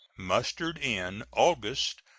mustered in august,